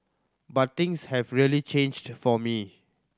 but things have really changed for me